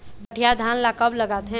सठिया धान ला कब लगाथें?